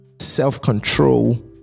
self-control